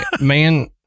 Man